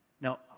Now